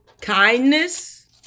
kindness